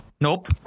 Nope